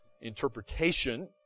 interpretation